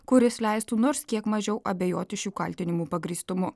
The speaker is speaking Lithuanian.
kuris leistų nors kiek mažiau abejoti šių kaltinimų pagrįstumu